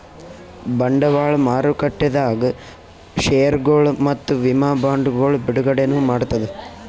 ಬಂಡವಾಳ್ ಮಾರುಕಟ್ಟೆದಾಗ್ ಷೇರ್ಗೊಳ್ ಮತ್ತ್ ವಿಮಾ ಬಾಂಡ್ಗೊಳ್ ಬಿಡುಗಡೆನೂ ಮಾಡ್ತದ್